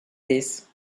this